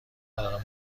قرار